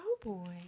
Cowboy